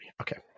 Okay